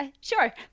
Sure